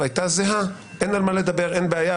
וזה חד וחלק וזה לא לדיון, אבל מה אנחנו רואים?